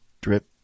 drip